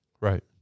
Right